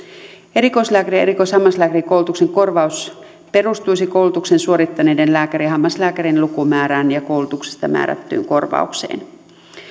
erikoislääkäri ja erikoishammaslääkärikoulutuksen korvaus perustuisi koulutuksen suorittaneiden lääkä rien ja hammaslääkärien lukumäärään ja koulutuksesta määrättyyn korvaukseen